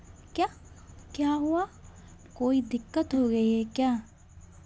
क्या क्या हुआ कोई दिक्कत हो गई है क्या